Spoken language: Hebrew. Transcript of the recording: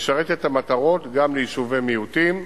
משרת גם את המטרות של יישובי מיעוטים.